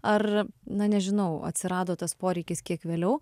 ar na nežinau atsirado tas poreikis kiek vėliau